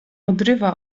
odrywa